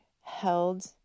held